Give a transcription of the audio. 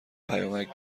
پیامک